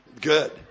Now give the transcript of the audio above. Good